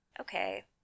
Okay